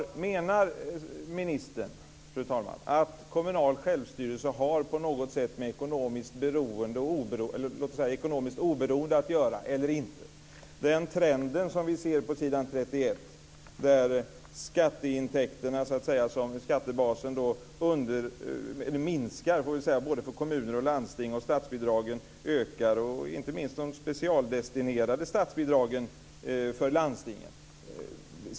Menar ministern att kommunal självstyrelse på något sätt har med ekonomiskt oberoende att göra? På s. 31 ser vi en trend där skattebasen minskar både för kommuner och landsting samtidigt som statsbidragen ökar. Det gäller inte minst de specialdestinerade statsbidragen till landstingen.